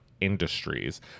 Industries